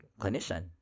clinician